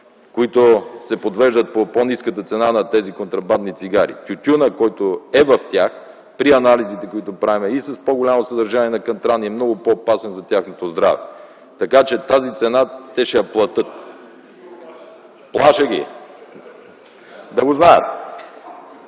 които се подвеждат по по-ниската цена на тези контрабандни цигари: тютюнът, който е в тях, при анализите, които правим, е и с по-голямо съдържание на катран, и е много по-опасен за тяхното здраве. Така че тази цена те ще я платят. РУМЕН ПЕТКОВ (КБ, от